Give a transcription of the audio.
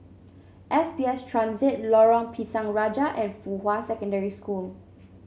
S B S Transit Lorong Pisang Raja and Fuhua Secondary School